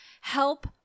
Help